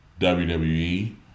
WWE